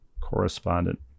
correspondent